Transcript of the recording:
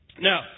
Now